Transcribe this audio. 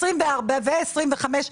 24 ו-25.